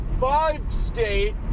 five-state